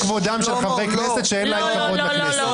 זה כבודם של חברי כנסת שאין להם כבוד לכנסת.